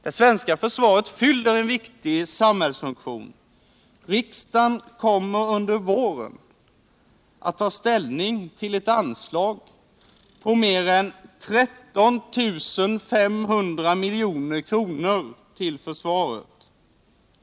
Det svenska försvaret fyller en viktig samhällsfunktion. Riksdagen kommer under våren att ta ställning till ett anslag på mer än 13 500 milj.kr. till försvaret.